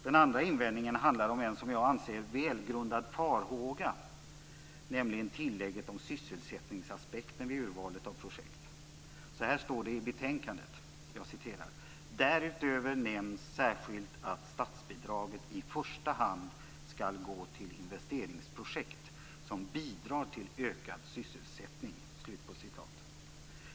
Den andra invändningen handlar om en, anser jag, välgrundad farhåga. Det gäller då tillägget om sysselsättningaspekten vid urvalet av projekt. Så här står det i betänkandet: "Därutöver nämns särskilt att statsbidraget i första hand skall gå till investeringsprojekt som bidrar till ökad sysselsättning."